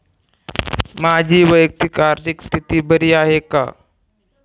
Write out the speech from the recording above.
माझी वैयक्तिक आर्थिक स्थिती बरी आहे का?